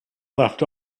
left